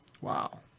Wow